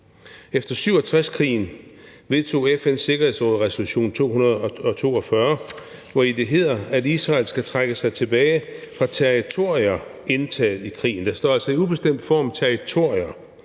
Efter 1967-krigen vedtog FN's Sikkerhedsråd resolution 242, hvori det hedder, at Israel skal trække sig tilbage fra territorier indtaget i krigen. Der står altså i ubestemt form »territorier«